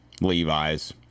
Levi's